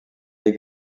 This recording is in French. les